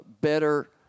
better